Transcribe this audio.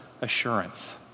assurance